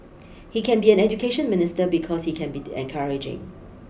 he can be an Education Minister because he can be encouraging